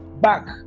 back